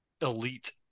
elite